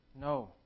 No